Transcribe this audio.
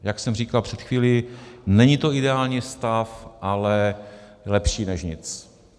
Jak jsem říkal před chvílí, není to ideální stav, ale lepší než nic.